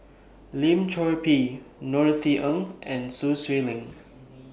Lim Chor Pee Norothy Ng and Sun Xueling